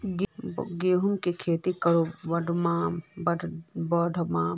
गेंहू खेती की करे बढ़ाम?